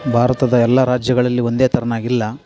ಭಾರತದ ಎಲ್ಲ ರಾಜ್ಯಗಳಲ್ಲಿ ಒಂದೇ ತೆರನಾಗಿಲ್ಲ